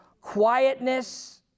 Quietness